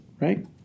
right